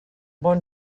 bon